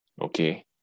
okay